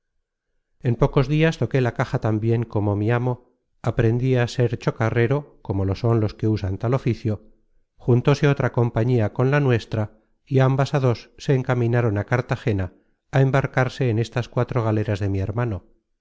en pocos dias toqué la caja tan bien como mi amo aprendí á ser chocarrero como lo son los que usan tal oficio juntose otra compañía con la nuestra y ambas dos se encaminaron á cartagena á embarcarse en estas cuatro galeras de mi hermano